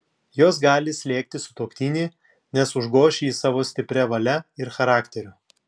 jos gali slėgti sutuoktinį nes užgoš jį savo stipria valia ir charakteriu